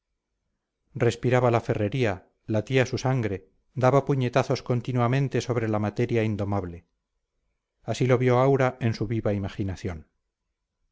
respiraba la ferrería latía su sangre daba puñetazos continuamente sobre la materia indomable así lo vio aura en su viva imaginación